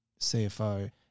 CFO